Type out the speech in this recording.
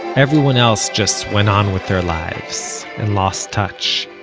everyone else just went on with their lives, and lost touch